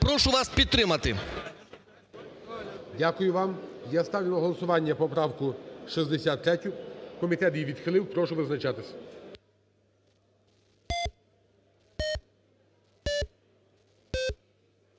Прошу вас підтримати. ГОЛОВУЮЧИЙ. Дякую вам. Я ставлю на голосування поправку 63. Комітет її відхилив. Прошу визначатись.